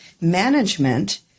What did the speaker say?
management